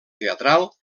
teatral